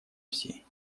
всей